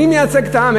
מי מייצג את העם?